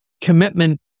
commitment